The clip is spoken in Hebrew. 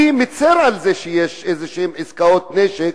אני מצר על זה שיש עסקאות נשק